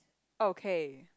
okay